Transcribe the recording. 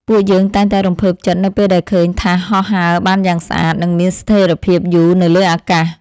ពួកយើងតែងតែរំភើបចិត្តនៅពេលដែលឃើញថាសហោះហើរបានយ៉ាងស្អាត និងមានស្ថិរភាពយូរនៅលើអាកាស។